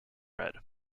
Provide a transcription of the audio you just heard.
red